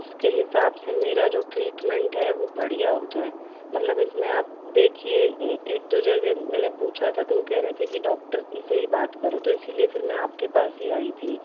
उसके हिसाब से मेरा जो ट्रीटमेंट ट्रीटमेंट है वो बढ़िया हो जाए मतलब इसमें आप देखिये एक दो जगह मैंने पूछा था तो वो कह रहे थे कि डॉक्टर से ही बात करो तो इसीलिए फिर मैं आपके पास ये आई थी